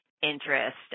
interest